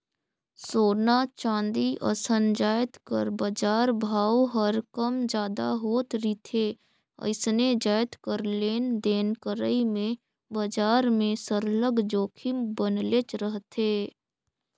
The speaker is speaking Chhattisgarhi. सोना, चांदी असन जाएत कर बजार भाव हर कम जादा होत रिथे अइसने जाएत कर लेन देन करई में बजार में सरलग जोखिम बनलेच रहथे